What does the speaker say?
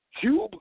Cube